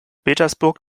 petersburg